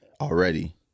already